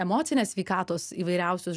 emocinės sveikatos įvairiausius